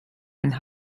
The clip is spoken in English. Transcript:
and